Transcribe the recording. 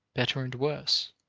better and worse.